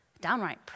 downright